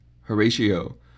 Horatio